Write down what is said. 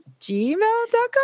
gmail.com